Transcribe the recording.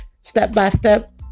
step-by-step